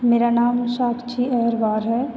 मेरा नाम साक्षी अग्रवाल है